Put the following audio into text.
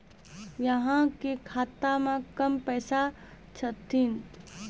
अहाँ के खाता मे कम पैसा छथिन?